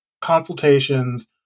consultations